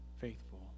faithful